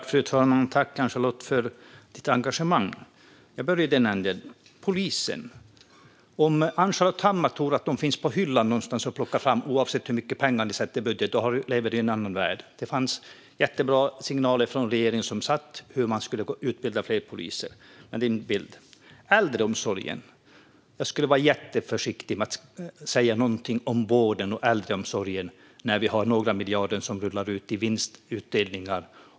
Fru talman! Tack, Ann-Charlotte, för ditt engagemang! Jag börjar med polisen. Om Ann-Charlotte Hammar Johnsson tror att det finns poliser på hyllan någonstans som det bara är att plocka fram, oavsett hur mycket pengar ni anslår i budgeten, lever hon i en annan värld! Det fanns jättebra signaler från den regering som satt om hur man skulle utbilda fler poliser. Det är en annan bild än din. Jag skulle vara jätteförsiktig med att tala om vården och äldreomsorgen när miljarder rullar ut i vinstutdelningar.